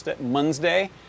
monday